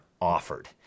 offered